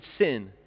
sin